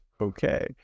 okay